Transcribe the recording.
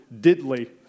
diddly